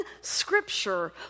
Scripture